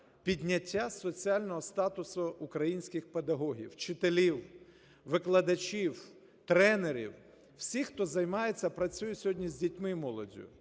підняття соціального статусу українських педагогів, вчителів, викладачів, тренерів – всіх, хто займається, працює сьогодні з дітьми і молоддю.